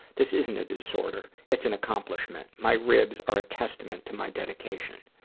this isn't a disorder. it's an accomplishment. my ribs are a testament to my dedication.